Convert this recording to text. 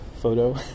Photo